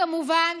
כמובן,